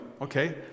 okay